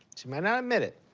she might not admit it,